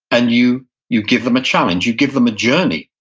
and you you give them a challenge. you give them a journey,